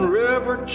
river